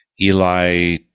eli